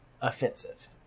offensive